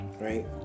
right